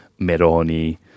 Meroni